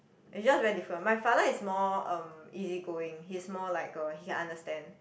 is just very differ my father is more um easy going he's more like um he understand